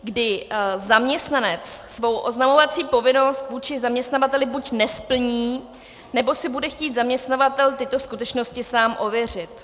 ... kdy zaměstnanec svou oznamovací povinnost vůči zaměstnavateli buď nesplní, nebo si bude chtít zaměstnavatel tyto skutečnosti sám ověřit.